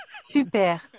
Super